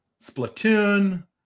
Splatoon